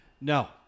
no